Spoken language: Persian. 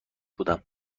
بودم